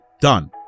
done